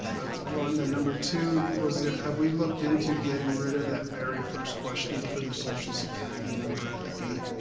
that's number one, then number two, was there, have we looked into getting rid of that very first question for the social security number at the gate?